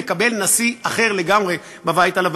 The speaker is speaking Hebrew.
לקבל נשיא אחר לגמרי בבית הלבן,